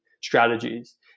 strategies